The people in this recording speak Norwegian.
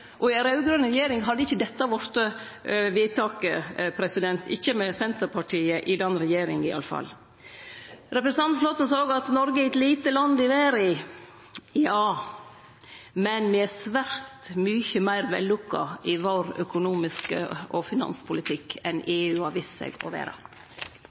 men i ei raud-grøn regjering hadde ikkje dette vorte vedtaket – ikkje med Senterpartiet i den regjeringa, i alle fall. Representanten Flåtten sa òg at Noreg er eit lite land i verda. Ja, men me er svært mykje meir vellukka i vår økonomiske politikk og finanspolitikk enn det EU har vist seg å